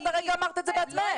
את הרגע אמרת את זה בעצמך.